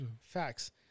Facts